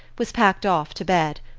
was packed off to bed.